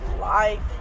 life